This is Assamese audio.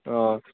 অঁ